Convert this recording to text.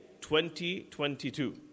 2022